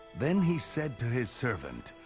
then he said to his servant,